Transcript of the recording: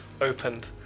opened